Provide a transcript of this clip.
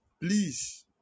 please